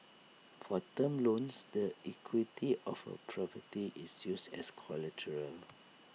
for term loans the equity of A property is used as collateral